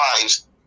lives